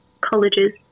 colleges